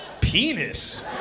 penis